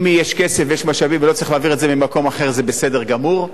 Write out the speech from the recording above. אם יש כסף ויש משאבים ולא צריך להעביר את זה ממקום אחר זה בסדר גמור.